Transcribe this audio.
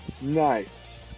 Nice